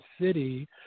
City